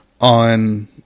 on